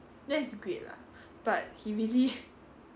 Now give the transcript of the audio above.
that's great lah but he really